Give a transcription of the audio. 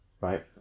right